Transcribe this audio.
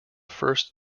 first